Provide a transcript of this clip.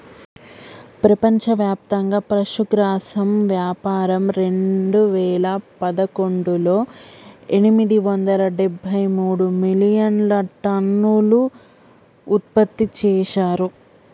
ప్రపంచవ్యాప్తంగా పశుగ్రాసం వ్యాపారం రెండువేల పదకొండులో ఎనిమిది వందల డెబ్బై మూడు మిలియన్టన్నులు ఉత్పత్తి చేశారు